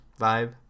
vibe